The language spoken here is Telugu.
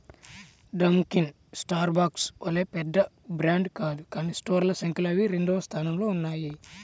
డంకిన్ స్టార్బక్స్ వలె పెద్ద బ్రాండ్ కాదు కానీ స్టోర్ల సంఖ్యలో అవి రెండవ స్థానంలో ఉన్నాయి